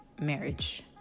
marriage